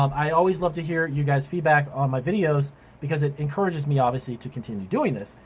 um i always love to hear you guys feedback on my videos because it encourages me obviously to continue doing this.